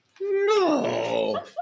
No